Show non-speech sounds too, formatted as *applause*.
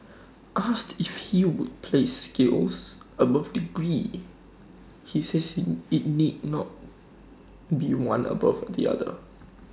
asked if he would place skills above degrees he says *unintelligible* IT need not be one above the other